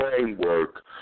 framework